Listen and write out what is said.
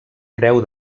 creu